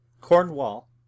Cornwall